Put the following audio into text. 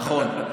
נכון.